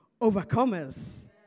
overcomers